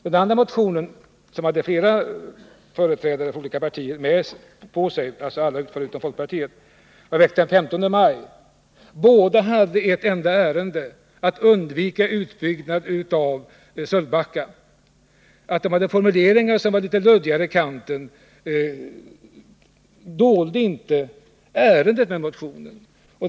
Den andra motionen, som hade undertecknats av representanter för alla partier utom folkpartiet, var väckt den 15 maj. Båda hade ett enda syfte: att undvika utbyggnad av Sölvbackaströmmarna. Det faktum att formuleringarna var litet luddiga dolde inte syftet med motionerna.